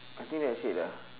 I think that's it ah